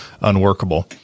unworkable